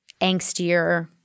angstier